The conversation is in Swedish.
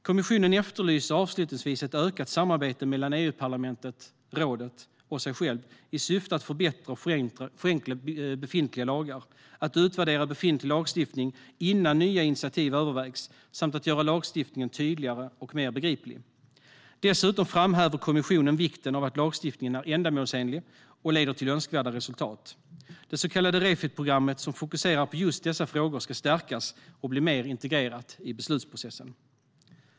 Kommissionen efterlyser avslutningsvis ett ökat samarbete mellan EU-parlamentet, rådet och sig själv i syfte att förbättra och förenkla befintliga lagar, utvärdera befintlig lagstiftning innan nya initiativ övervägs och göra lagstiftningen tydligare och mer begriplig. Dessutom framhäver kommissionen vikten av att lagstiftningen är ändamålsenlig och leder till önskvärda resultat. Det så kallade Refitprogrammet, som fokuserar på just dessa frågor, ska stärkas och bli mer integrerat i beslutsprocessen.